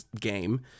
game